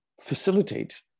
facilitate